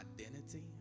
identity